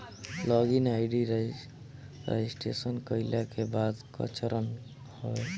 log in ID registration कईला के बाद कअ चरण हवे